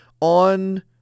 on